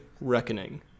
Reckoning